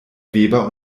weber